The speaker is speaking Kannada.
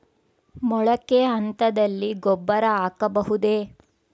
ಮೊಳಕೆ ಹಂತದಲ್ಲಿ ಗೊಬ್ಬರ ಹಾಕಬಹುದೇ?